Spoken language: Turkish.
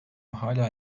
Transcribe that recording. hâlâ